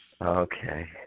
Okay